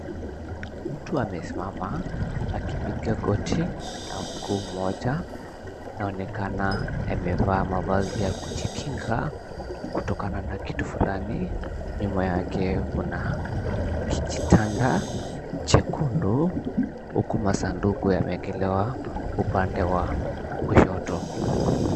Mtu amesimama akipika kote na mguu mmoja inaonekana amevaa mavazi ya kujikinga kutokana na kitu fulani nyuma yake, kuna kijitanda chekundu huku masanduku yameekelewa upande wa kushoto.